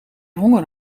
honger